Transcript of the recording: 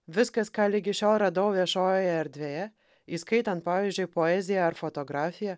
viskas ką ligi šiol radau viešojoje erdvėje įskaitant pavyzdžiui poeziją ar fotografiją